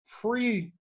pre